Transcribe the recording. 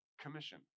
commission